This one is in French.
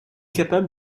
capable